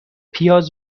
پیاز